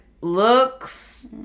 looks